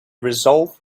resolved